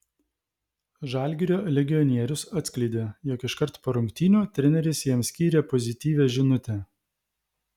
žalgirio legionierius atskleidė jog iškart po rungtynių treneris jam skyrė pozityvią žinutę